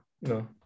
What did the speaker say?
no